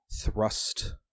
thrust